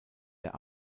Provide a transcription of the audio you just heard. der